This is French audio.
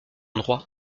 droit